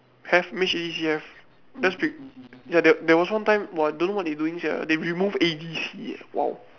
have made A D C have ya there there was one time !wah! don't know what they doing sia they remove A_D_C eh !wow!